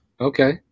okay